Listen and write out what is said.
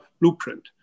blueprint